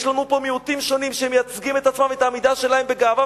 יש לנו פה מיעוטים שונים שמייצגים את עצמם ואת העמידה שלהם בגאווה,